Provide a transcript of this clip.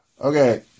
Okay